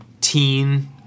teen